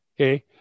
Okay